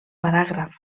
paràgraf